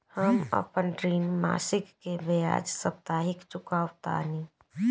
हम अपन ऋण मासिक के बजाय साप्ताहिक चुकावतानी